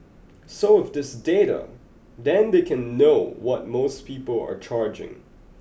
so with this data then they can know what most people are charging